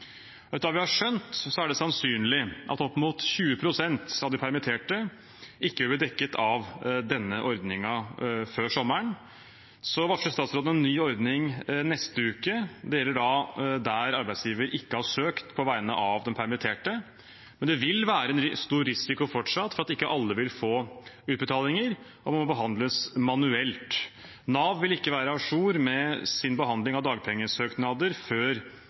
Etter hva vi har skjønt, er det sannsynlig at opp mot 20 pst. av de permitterte ikke blir dekket av denne ordningen før sommeren. Så varsler statsråden en ny ordning neste uke, det gjelder der arbeidsgiver ikke har søkt på vegne av den permitterte. Men det vil fortsatt være en stor risiko for at ikke alle vil få utbetalinger, at de må behandles manuelt. Nav vil ikke være à jour med sin behandling av dagpengesøknader før